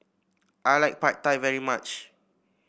I like Pad Thai very much